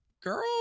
girl